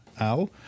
Al